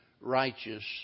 righteous